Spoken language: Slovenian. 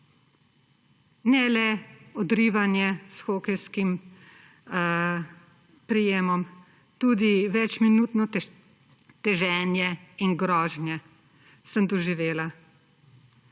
Ne le odrivanje s hokejskim prijemom, tudi večminutno teženje in grožnje sem doživela.